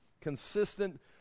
consistent